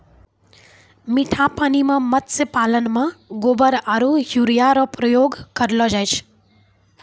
मीठा पानी मे मत्स्य पालन मे गोबर आरु यूरिया रो प्रयोग करलो जाय छै